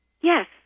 Yes